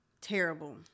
terrible